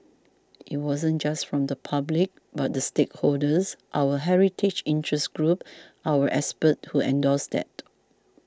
it wasn't just from the public but the stakeholders our heritage interest groups our experts who endorsed that